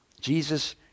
Jesus